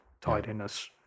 tidiness